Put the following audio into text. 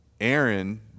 Aaron